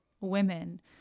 women